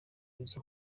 izo